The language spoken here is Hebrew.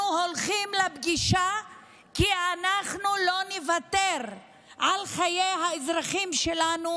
אנחנו הולכים לפגישה כי אנחנו לא נוותר על חיי האזרחים שלנו,